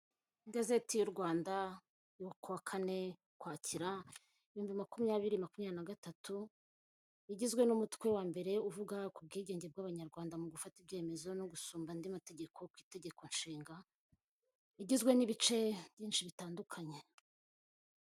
Igazeti y'u Rwanda yo ku kane ukwakira ibihumbi makumyabiri makumyabiri na gatatu igizwe n'umutwe wa mbere uvuga ku bwigenge bw'abanyarwanda mu gufata ibyemezo no gusumba andi mategeko ku itegeko nshinga igizwe n'ibice byinshi bitandukanye.